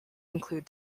include